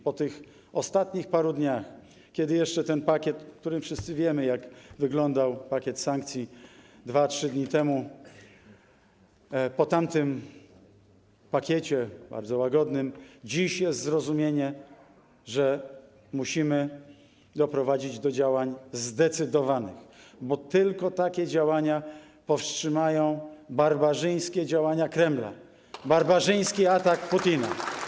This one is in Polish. Po tych ostatnich paru dniach, po tym pakiecie sankcji, o którym wszyscy wiemy, jak wyglądał 2-3 dni temu, po tamtym pakiecie bardzo łagodnym dziś jest zrozumienie, że musimy doprowadzić do działań zdecydowanych, bo tylko takie działania powstrzymają barbarzyńskie działania Kremla, barbarzyński atak Putina.